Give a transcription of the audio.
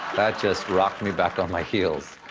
that just rocked me back on my heels.